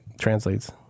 translates